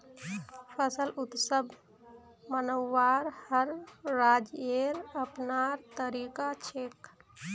फसल उत्सव मनव्वार हर राज्येर अपनार तरीका छेक